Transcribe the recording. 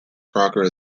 croker